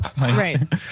Right